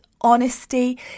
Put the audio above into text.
honesty